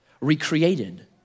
recreated